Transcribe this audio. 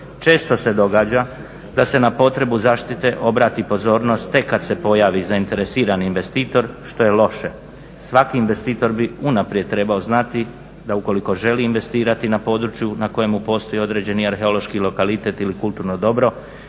Često se događa da se na potrebu zaštite obrati pozornost tek kad se pojavi zainteresirani investitor što je loše. Svaki investitor bi unaprijed trebao znati da ukoliko želi investirati na području na kojemu postoji određeni arheološki lokalitet ili kulturno dobro